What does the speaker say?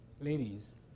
Ladies